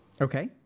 Okay